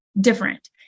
different